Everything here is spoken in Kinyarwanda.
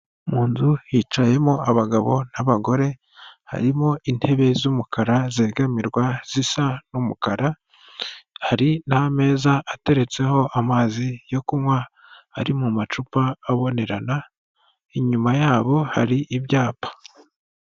Mu nzu hicayemo abagabo n'abagore harimo intebe z'umukara zegamirwa zisa n'umukara hari n'ameza ateretseho amazi yo kunywa ari mu macupa abonerana inyuma yabo hari ibyapa.